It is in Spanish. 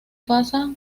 pasa